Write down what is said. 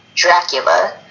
Dracula